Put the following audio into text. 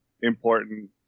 important